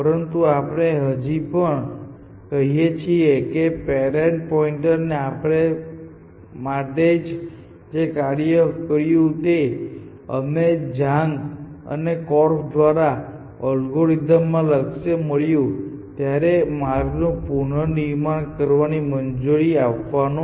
પરંતુ આપણે હજી પણ કરીએ છીએ અને પેરેન્ટ પોઇન્ટરે આપણા માટે જે કાર્ય કર્યું તે અમને ઝાંગ અને કોર્ફ દ્વારા આ અલ્ગોરિધમમાં લક્ષ્ય મળ્યું ત્યારે અમને માર્ગનું પુનર્નિર્માણ કરવાની મંજૂરી આપવાનું હતું